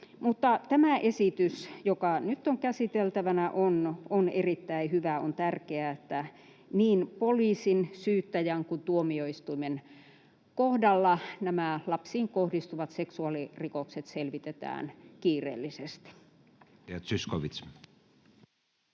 Tämä esitys, joka nyt on käsiteltävänä, on erittäin hyvä. On tärkeää, että niin poliisin, syyttäjän kuin tuomioistuimen kohdalla nämä lapsiin kohdistuvat seksuaalirikokset selvitetään kiireellisesti.